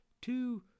Two